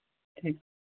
ठीक